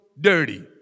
dirty